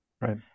Right